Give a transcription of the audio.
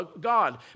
God